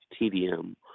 TDM